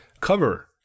cover